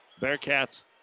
Bearcats